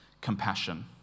compassion